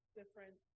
different